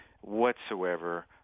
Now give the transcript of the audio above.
whatsoever